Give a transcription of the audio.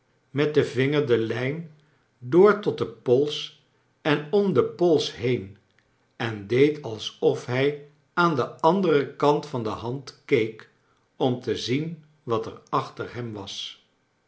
met den vinger de lijn door tot den pols en om den pols been en deed alsof hij aan den anderen kant van de hand keek om te zien wat er achter hem was